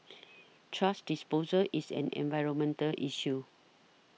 thrash disposal is an environmental issue